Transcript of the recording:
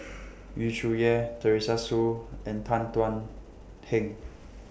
Yu Zhuye Teresa Hsu and Tan Thuan Heng